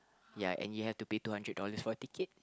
ya and you have to pay two hundred dollars for a ticket